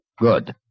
Good